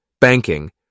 banking